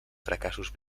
fracassos